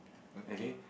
okay